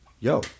Yo